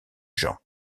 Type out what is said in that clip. gens